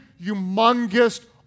humongous